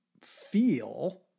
feel